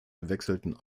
wechselten